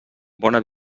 bona